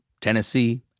Tennessee